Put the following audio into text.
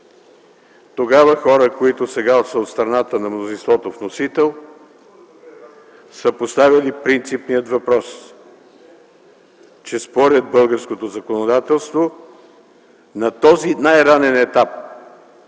Тогава хора, които сега са от страната на мнозинството-вносител, са поставяли принципния въпрос, че според българското законодателство на този най-ранен етап